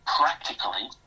practically